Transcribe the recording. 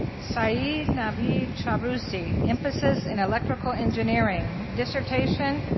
seyed navid shahrouzi, emphasis in electrical engineering. dissertation,